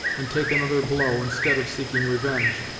and take another blow, instead of seeking revenge,